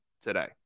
today